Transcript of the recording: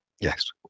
Yes